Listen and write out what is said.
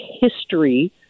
history